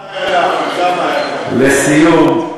לסיום,